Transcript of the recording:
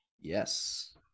Yes